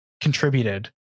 contributed